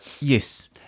Yes